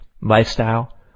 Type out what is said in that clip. lifestyle